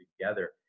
together